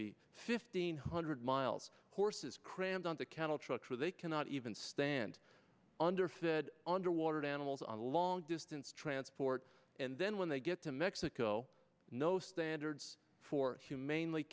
be fifteen hundred miles horses crammed on the cattle trucks where they cannot even stand underfed underwater animals on long distance transport and then when they get to mexico no standards for humanely